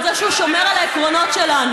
על זה שהוא שומר על העקרונות שלנו.